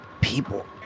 People